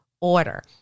order